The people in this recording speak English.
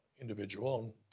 individual